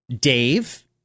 Dave